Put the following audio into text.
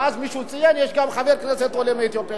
ואז מישהו ציין: יש גם חבר כנסת אחד עולה מאתיופיה.